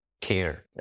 care